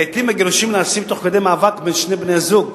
לעתים הגירושין נעשים תוך כדי מאבק בין שני בני-הזוג.